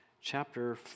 chapter